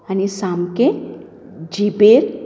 आनी सामकें जिबेर